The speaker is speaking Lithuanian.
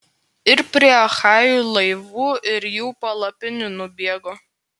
ir prie achajų laivų ir jų palapinių nubėgo